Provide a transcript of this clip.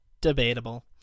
Debatable